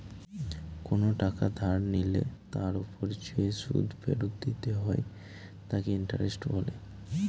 কোন টাকা ধার নিলে তার ওপর যে সুদ ফেরত দিতে হয় তাকে ইন্টারেস্ট বলে